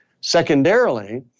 Secondarily